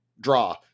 draw